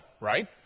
right